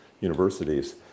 universities